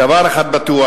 דבר אחד בטוח,